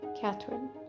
Catherine